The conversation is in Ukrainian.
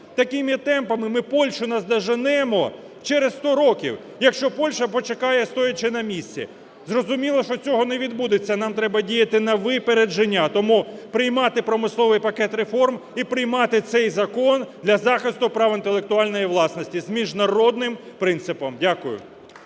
Такими темпами ми Польщу наздоженемо через 100 років, якщо Польща почекає, стоячи на місці. Зрозуміло, що цього не відбудеться, нам треба діяти на випередження. Тому приймати промисловий пакет реформ і приймати цей закон для захисту прав інтелектуальної власності з міжнародним принципом. Дякую.